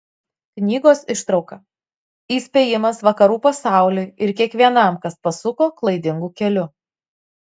knygos ištrauka įspėjimas vakarų pasauliui ir kiekvienam kas pasuko klaidingu keliu